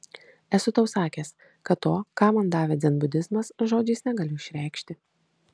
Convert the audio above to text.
esu tau sakęs kad to ką man davė dzenbudizmas žodžiais negaliu išreikšti